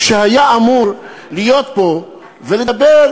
שהיה אמור להיות פה ולדבר,